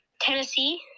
Tennessee